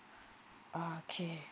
okay